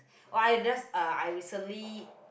[wah] I just uh I recently